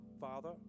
Father